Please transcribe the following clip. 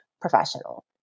professional